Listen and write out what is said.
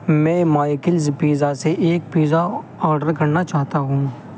میں Michael's pizza سے ایک پیزا آڈر کرنا چاہتا ہوں